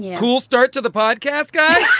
who will start to the podcast guy?